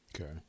Okay